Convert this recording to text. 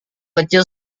kecil